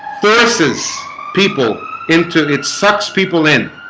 versus people into it's such people in